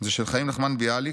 זה של חיים נחמן ביאליק,